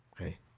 Okay